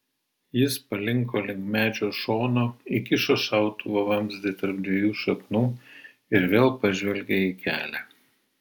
jis palinko link medžio šono įkišo šautuvo vamzdį tarp dviejų šaknų ir vėl pažvelgė į kelią